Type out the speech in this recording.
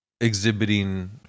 Exhibiting